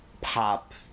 pop